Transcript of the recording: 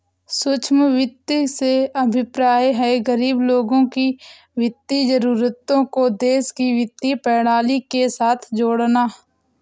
सूक्ष्म वित्त से अभिप्राय है, गरीब लोगों की वित्तीय जरूरतों को देश की वित्तीय प्रणाली के साथ जोड़ना